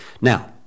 Now